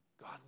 God